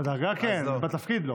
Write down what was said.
בדרגה כן, בתפקיד לא.